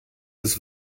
des